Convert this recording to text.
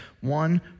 one